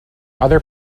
other